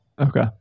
Okay